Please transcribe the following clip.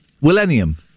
Millennium